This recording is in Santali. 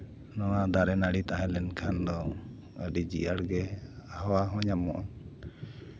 ᱱᱚᱣᱟ ᱫᱟᱨᱮᱼᱱᱟᱹᱲᱤ ᱛᱟᱦᱮᱸ ᱞᱮᱱᱠᱷᱟᱱ ᱫᱚ ᱟᱹᱰᱤ ᱡᱤᱭᱟᱹᱲᱜᱮ ᱦᱟᱣᱟ ᱦᱚᱸ ᱧᱟᱢᱚᱜᱼᱟ